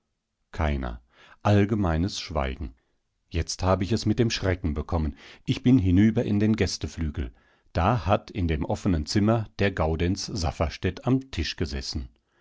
keiner allgemeines schweigen jetzt habe ich es mit dem schrecken bekommen ich bin hinüber in den gästeflügel da hat in dem offenen zimmer der gaudenz safferstätt am tisch gesessen